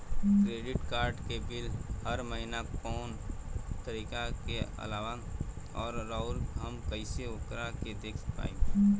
Credit card के bill हर महीना कौना तारीक के आवेला और आउर हम कइसे ओकरा के देख पाएम?